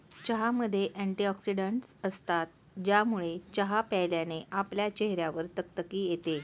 चहामध्ये अँटीऑक्सिडन्टस असतात, ज्यामुळे चहा प्यायल्याने आपल्या चेहऱ्यावर तकतकी येते